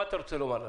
מה אתה רוצה לומר לנו?